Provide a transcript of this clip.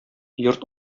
йорт